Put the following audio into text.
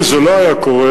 אם זה לא היה קורה,